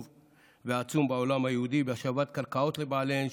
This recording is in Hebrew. ועצום בעולם היהודי בהשבת קרקעות לבעליהן,